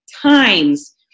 times